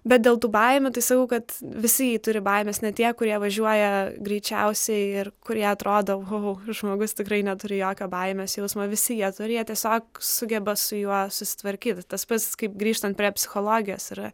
bet dėl tų baimių tai sakau kad visi turi baimės net tie kurie važiuoja greičiausiai ir kurie atrodo oho žmogus tikrai neturi jokio baimės jausmo visi jie turi jie tiesiog sugeba su juo susitvarkyti tas pats kaip grįžtant prie psichologės yra